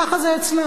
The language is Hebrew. ככה זה אצלם.